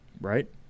right